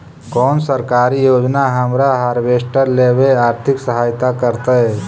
कोन सरकारी योजना हमरा हार्वेस्टर लेवे आर्थिक सहायता करतै?